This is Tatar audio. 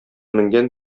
менгән